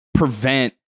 prevent